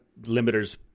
limiters